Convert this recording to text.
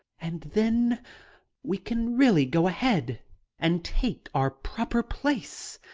and then we can really go ahead and take our proper place.